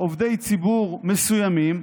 עובדי ציבור מסוימים,